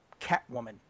Catwoman